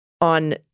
on